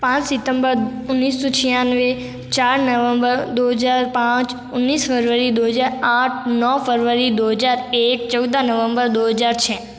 पाँच सितम्बर उन्नीस सो छियाबे चार नवंबर दो हजार पाँच उनीस फ़रवरी दो हजार आठ नौ फ़रवरी दो हजार एक चौदह नवंबर दो हजार छः